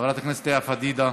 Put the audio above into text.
חברת הכנסת לאה פדידה,